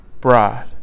bride